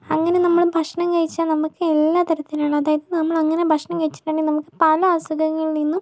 അങ്ങനെ നമ്മൾ ഭക്ഷണം കഴിച്ചാൽ നമുക്ക് എല്ലാത്തരത്തിലുള്ള അതായത് നമ്മളങ്ങനെ ഭക്ഷണം കഴിച്ചിട്ടുണ്ടെങ്കിൽ നമുക്ക് പല അസുഖങ്ങളിൽ നിന്നും